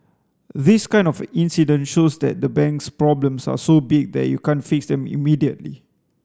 this kind of incident shows that the bank's problems are so big that you can't fix them immediately